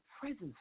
presence